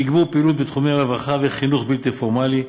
תגבור פעילות בתחומי רווחה וחינוך בלתי פורמלי,